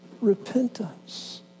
Repentance